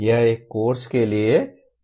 यह एक कोर्स के लिए परिणाम लिखने जैसा है